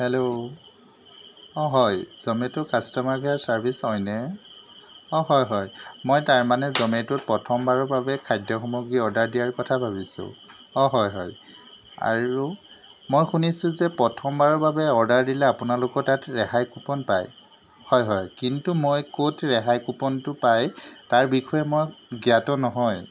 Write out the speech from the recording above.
hello অঁ হয় Zomato customer care service হয়নে অঁ হয় হয় মই তাৰমানে জমেট'ত প্ৰথমবাৰৰ বাবে খাদ্য সামগ্ৰী অৰ্ডাৰ দিয়াৰ কথা ভাবিছোঁ অঁ হয় হয় আৰু মই শুনিছোঁ যে প্ৰথমবাৰৰ বাবে অৰ্ডাৰ দিলে আপোনালোকৰ তাত ৰেহাই কুপন পায় হয় হয় কিন্তু মই ক'ত ৰেহাই কুপনটো পায় তাৰ বিষয়ে মই জ্ঞাত নহয়